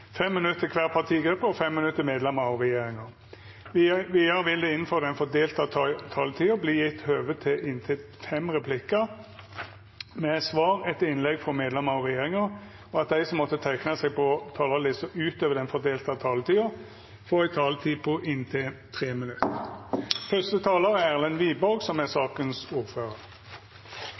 minutt til kvar partigruppe og 5 minutt til medlemer av regjeringa. Vidare vil det – innanfor den fordelte taletida – verta gjeve høve til inntil fem replikkar med svar etter innlegg frå medlemer av regjeringa, og dei som måtte teikna seg på talarlista utover den fordelte taletida, får ei taletid på inntil 3 minutt.